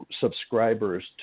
subscribers